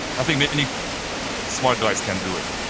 i think many smart guys can do it,